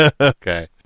Okay